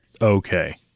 Okay